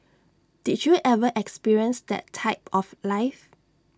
did you ever experience that type of life